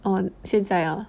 on 现在 ah